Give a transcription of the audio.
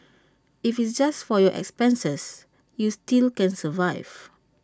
if it's just for your expenses you still can survive